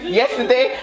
yesterday